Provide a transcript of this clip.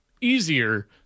easier